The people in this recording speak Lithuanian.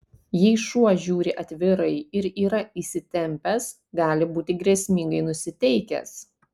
jei šuo žiūri atvirai ir yra įsitempęs gali būti grėsmingai nusiteikęs